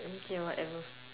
mm K whatever